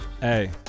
Hey